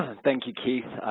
thank you, keith,